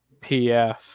PF